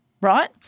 right